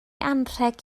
anrheg